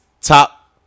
top